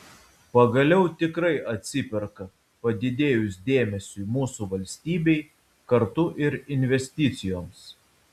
pagaliau tikrai atsiperka padidėjus dėmesiui mūsų valstybei kartu ir investicijoms